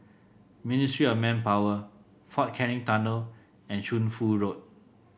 Ministry of Manpower Fort Canning Tunnel and Shunfu Road